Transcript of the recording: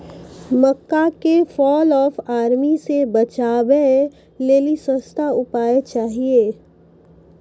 मक्का के fall of army से बचाबै लेली सस्ता उपाय चाहिए?